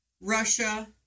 Russia